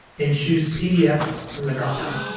and choose pdf from the dropdown.